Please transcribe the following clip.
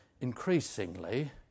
increasingly